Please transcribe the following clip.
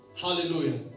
Hallelujah